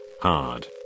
Hard